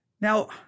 Now